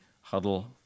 huddle